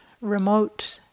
remote